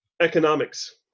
economics